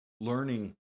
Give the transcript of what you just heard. learning